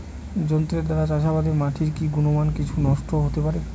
যন্ত্রের দ্বারা চাষাবাদে মাটির কি গুণমান কিছু নষ্ট হতে পারে?